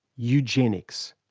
eugenics.